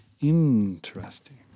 Interesting